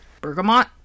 Bergamot